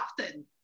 often